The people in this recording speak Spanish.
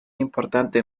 importante